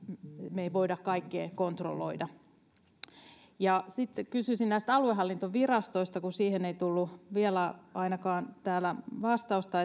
me emme voi kaikkea kontrolloida kysyisin näistä aluehallintovirastoista koska siihen ei tullut ainakaan vielä täällä vastausta